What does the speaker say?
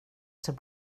sig